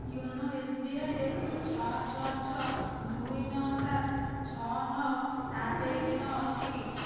YONO ଏସ୍ବିଆଇରେ ଛଅ ଛଅ ଛଅ ଦୁଇ ନଅ ସାତ ଛଅ ନଅ ସାତ ଏକ ନଅ ଅଛି କି